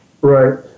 right